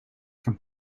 from